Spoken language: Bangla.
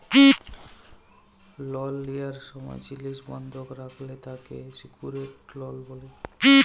লল লিয়ার সময় জিলিস বন্ধক রাখলে তাকে সেক্যুরেড লল ব্যলে